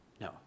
No